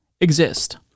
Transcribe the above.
exist